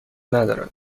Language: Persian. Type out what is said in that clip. ندارد